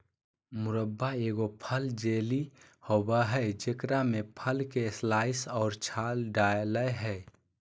मुरब्बा एगो फल जेली होबय हइ जेकरा में फल के स्लाइस और छाल डालय हइ